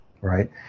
right